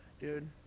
dude